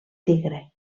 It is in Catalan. tigre